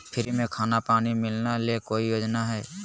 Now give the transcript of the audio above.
Free में खाना पानी मिलना ले कोइ योजना हय?